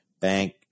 bank